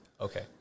Okay